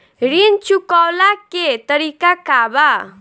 ऋण चुकव्ला के तरीका का बा?